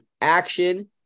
Action